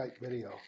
video